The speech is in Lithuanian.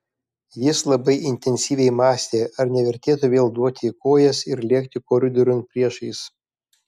jis labai intensyviai mąstė ar nevertėtų vėl duoti į kojas ir lėkti koridoriun priešais